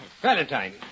Valentine